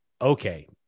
okay